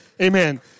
Amen